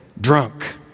Drunk